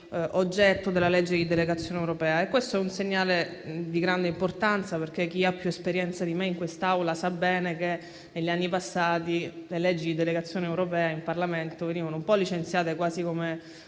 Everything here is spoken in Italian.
oggetto della legge di delegazione europea: questo è un segnale di grande importanza. Chi ha più esperienza di me in quest'Aula sa bene che, negli anni passati, le leggi di delegazione europea in Parlamento venivano licenziate quasi come